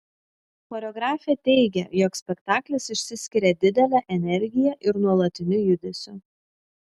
choreografė teigia jog spektaklis išsiskiria didele energija ir nuolatiniu judesiu